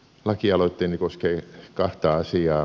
lakialoitteeni koskee kahta asiaa